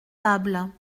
tables